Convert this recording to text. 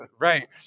right